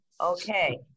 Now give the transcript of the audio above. okay